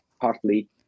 partly